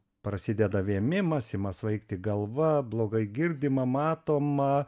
prasideda vėmimas ima svaigti galva blogai girdima matoma